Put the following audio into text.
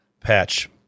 patch